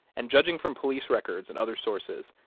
and judging from police records and other sources,